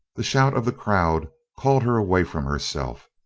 the shout of the crowd called her away from herself.